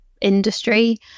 industry